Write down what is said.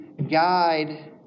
guide